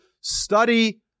study